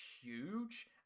huge